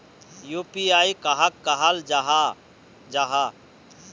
UPI कहाक कहाल जाहा जाहा?